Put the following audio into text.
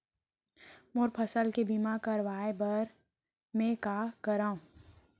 मोर फसल के बीमा करवाये बर में का करंव?